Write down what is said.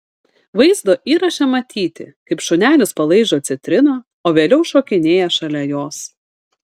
vaizdo įraše matyti kaip šunelis palaižo citriną o vėliau šokinėja šalia jos